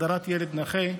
הגדרת ילד נכה).